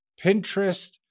Pinterest